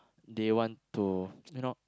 they want to you know